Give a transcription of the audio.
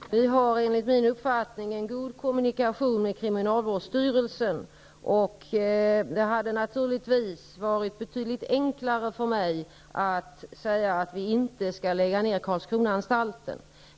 Fru talman! Vi har enligt min uppfattning en god kommunikation med kriminalvårdsstyrelsen. Det hade naturligtvis varit betydligt enklare för mig att säga att vi inte skall lägga ner Karlskronaanstalten.